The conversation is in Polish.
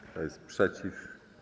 Kto jest przeciw?